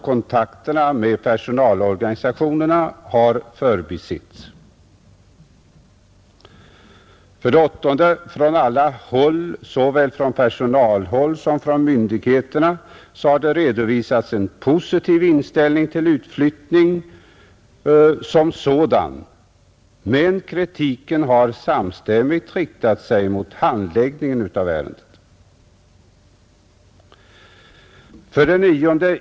Kontakterna med personalorganisationerna har förbisetts. 8. Såväl från personalhåll som från myndigheterna har det redovisats en positiv inställning till utflyttning som sådan, men kritiken har samstämmigt riktat sig mot handläggningen av ärendet. 9.